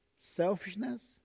selfishness